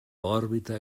òrbita